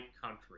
country